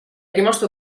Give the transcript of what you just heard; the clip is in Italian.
rimasto